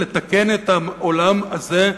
לתקן את העולם הזה,